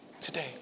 today